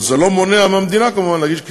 אבל זה לא מונע מהמדינה, כמובן, להגיש כתבי-אישום,